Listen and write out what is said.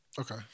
Okay